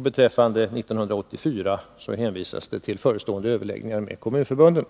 Beträffande 1984 hänvisas till förestående överläggningar med kommunförbunden.